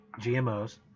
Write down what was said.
gmos